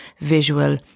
visual